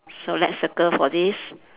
so let's circle for this